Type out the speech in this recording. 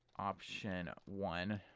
option one,